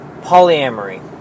polyamory